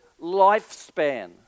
lifespan